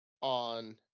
on